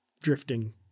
drifting